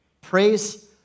Praise